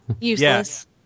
Useless